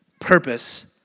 purpose